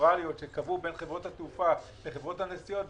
פרוצדוראליות שנקבעו בין חברות התעופה לחברות הנסיעות,